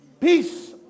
peace